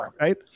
right